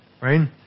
right